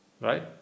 right